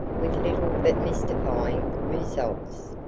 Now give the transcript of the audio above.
with little but mystifying results.